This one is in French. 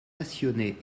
passionnée